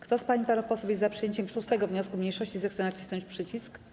Kto z pań i panów posłów jest za przyjęciem 6. wniosku mniejszości, zechce nacisnąć przycisk.